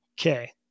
Okay